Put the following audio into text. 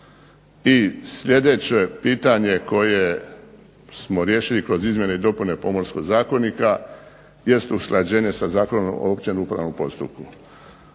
I sljedeće pitanje koje smo riješili kroz izmjene i dopune Pomorskog zakonika jest usklađenje sa Zakonom o općem upravnom postupku.